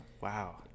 wow